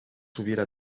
hubiera